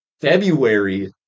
February